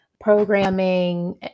programming